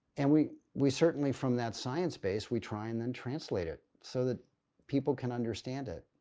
and we we certainly, from that science space, we try and then translate it, so that people can understand it.